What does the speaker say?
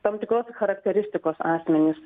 tam tikros charakteristikos asmenys